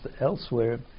elsewhere